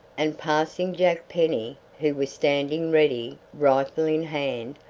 and passing jack penny, who was standing ready, rifle in hand,